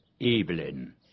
Evelyn